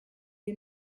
you